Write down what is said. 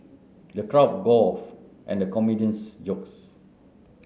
the crowd guffawed at the comedian's jokes